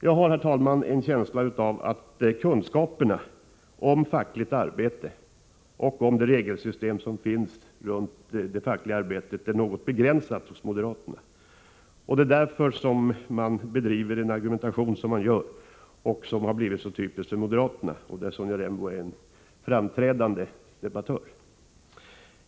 Jag har, herr talman, en känsla av att kunskaperna om fackligt arbete och om det regelsystem som finns för det fackliga arbetet är något begränsade hos moderaterna. Det är därför som man bedriver den argumentation som man gör och som blivit så typisk för moderaterna, där Sonja Rembo är en framträdande debattör.